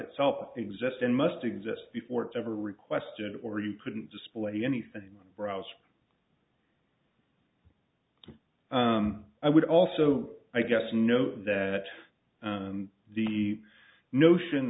itself exists in must exist before it ever requested or you couldn't display anything browser i would also i guess know that the notion